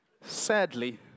Sadly